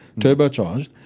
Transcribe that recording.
turbocharged